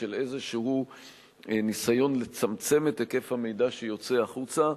של איזשהו ניסיון לצמצם את היקף המידע שיוצא החוצה,